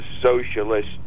socialist